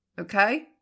okay